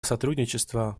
сотрудничества